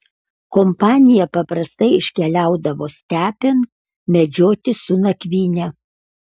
kompanija paprastai iškeliaudavo stepėn medžioti su nakvyne